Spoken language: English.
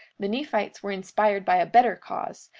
the nephites were inspired by a better cause,